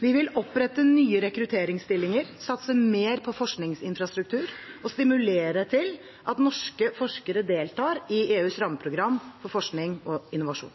Vi vil opprette nye rekrutteringsstillinger, satse mer på forskningsinfrastruktur og stimulere til at norske forskere deltar i EUs rammeprogram for forskning og innovasjon.